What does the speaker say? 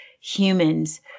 humans